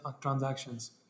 transactions